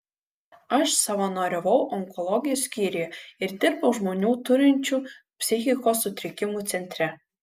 aš savanoriavau onkologijos skyriuje ir dirbau žmonių turinčių psichikos sutrikimų centre